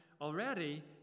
already